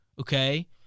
okay